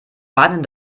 warnen